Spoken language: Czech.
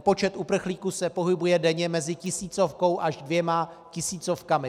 Počet uprchlíků se pohybuje denně mezi tisícovkou až dvěma tisícovkami.